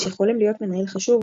שחולם להיות מנהל חשוב,